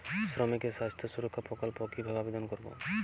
শ্রমিকের স্বাস্থ্য সুরক্ষা প্রকল্প কিভাবে আবেদন করবো?